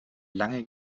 lange